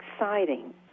exciting